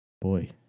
Boy